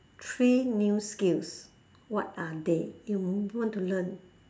three new skills what are they you want to learn